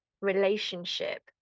relationship